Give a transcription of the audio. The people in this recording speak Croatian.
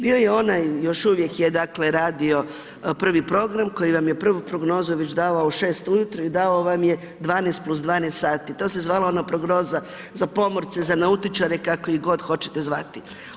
Bio je onaj još uvijek je dakle radio prvi program koji vam je prvu prognozu već davao u 6 ujutro i davao vam je 12 + 12 sati, to se zvala ona prognoza za pomorce za nautičare kako ih god hoćete zvati.